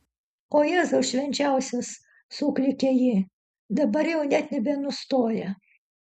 o jėzau švenčiausias suklykė ji dabar jau net nebenustoja